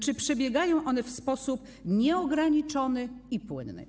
Czy przebiega to w sposób nieograniczony i płynny?